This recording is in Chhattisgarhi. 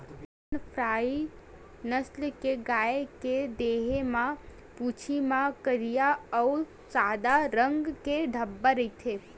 करन फ्राइ नसल के गाय के देहे म, पूछी म करिया अउ सादा रंग के धब्बा रहिथे